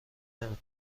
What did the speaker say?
نمی